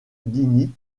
lui